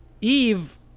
Eve